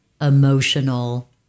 emotional